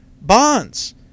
Bonds